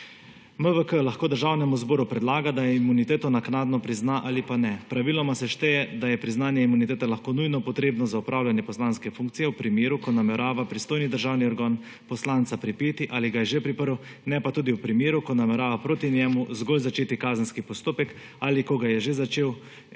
MVK lahko Državnemu zboru predlaga, da imuniteto naknadno prizna ali pa ne. Praviloma se šteje, da je priznanje imunitete lahko nujno potrebno za opravljanje poslanske funkcije v primeru, ko namerava pristojni državni organ poslanca pripreti ali ga je že priprl, ne pa tudi v primeru, ko namerava proti njemu zgolj začeti kazenski postopek ali ko ga je že začel.